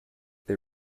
they